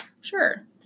Sure